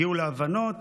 הגיעו להבנות